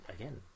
again